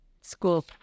school